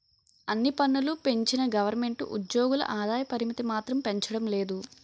అన్ని పన్నులూ పెంచిన గవరమెంటు ఉజ్జోగుల ఆదాయ పరిమితి మాత్రం పెంచడం లేదు